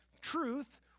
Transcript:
truth